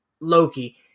Loki